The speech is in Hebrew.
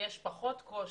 שיש פחות קושי